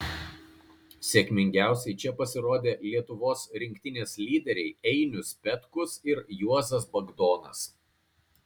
sėkmingiausiai čia pasirodė lietuvos rinktinės lyderiai einius petkus ir juozas bagdonas